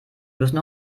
müssen